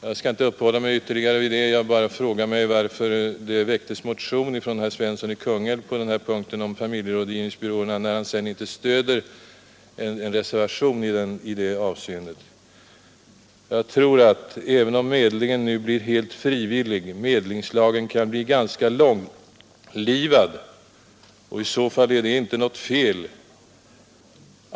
Jag skall inte ytterligare uppehålla mig vid detta, jag bara frågar mig varför herr Svensson i Kungälv väckte motion om sådant stöd till familjerådgivningsbyråerna, när han sedan inte stöder en reservation i det syftet. Även om medlingen nu blir helt frivillig, tror jag av vissa skäl att medlingslagen kan bli ganska långlivad. I så fall är det inte något fel.